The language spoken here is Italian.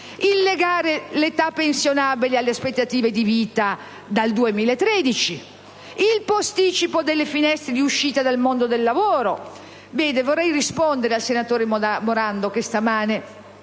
di legare l'età pensionabile alle aspettative di vita dal 2013 o al posticipo delle finestre di uscita dal mondo del lavoro. Vorrei rispondere al senatore Morando, che stamane,